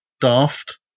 daft